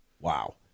Wow